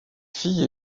filles